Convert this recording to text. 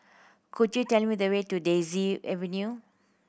could you tell me the way to Daisy Avenue